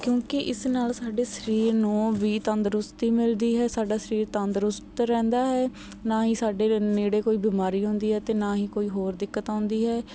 ਕਿਉਂਕਿ ਇਸ ਨਾਲ ਸਾਡੇ ਸਰੀਰ ਨੂੰ ਵੀ ਤੰਦਰੁਸਤੀ ਮਿਲਦੀ ਹੈ ਸਾਡਾ ਸਰੀਰ ਤੰਦਰੁਸਤ ਰਹਿੰਦਾ ਹੈ ਨਾ ਹੀ ਸਾਡੇ ਨੇੜੇ ਕੋਈ ਬਿਮਾਰੀ ਆਉਂਦੀ ਹੈ ਅਤੇ ਨਾ ਹੀ ਕੋਈ ਹੋਰ ਦਿੱਕਤ ਆਉਂਦੀ ਹੈ